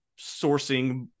sourcing